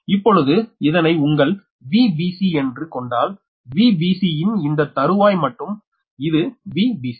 இப்பொழுது இதனை உங்கள் Vbc என்று கொண்டால் Vbc ன் இந்த தறுவாய் மற்றும் இது Vbc